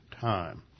time